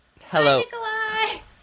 hello